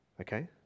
Okay